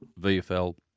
VFL